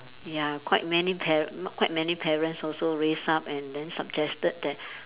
ya quite many par~ quite many parents also raised up and then suggested that